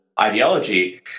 ideology